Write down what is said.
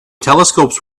telescopes